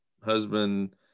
husband